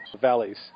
valleys